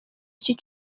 iki